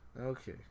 Okay